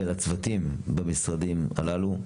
ולצוותים במשרד הללו.